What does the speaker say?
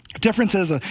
Differences